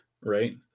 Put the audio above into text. right